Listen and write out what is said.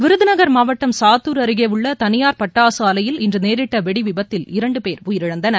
விருதுநகர் மாவட்டம் சாத்துர் அருகே உள்ள தனியார் பட்டாசு ஆலையில் இன்று நேரிட்ட வெடி விபத்தில் இரண்டு பேர் உயிரிழந்தனர்